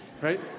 right